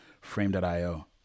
frame.io